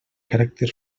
caràcter